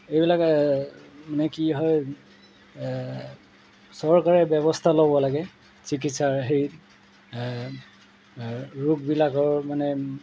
এইবিলাক মানে কি হয় চৰকাৰে ব্যৱস্থা ল'ব লাগে চিকিৎসাৰ হেৰি ৰোগবিলাকৰ মানে